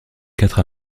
quatre